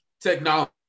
Technology